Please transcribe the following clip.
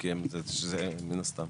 זה הם יודעים מן הסתם.